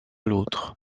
l’autre